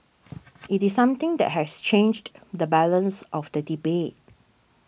it is something that has changed the balance of the debate